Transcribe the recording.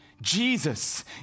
Jesus